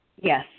Yes